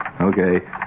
Okay